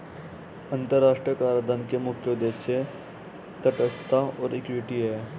अंतर्राष्ट्रीय कराधान के मुख्य उद्देश्य तटस्थता और इक्विटी हैं